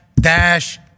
dash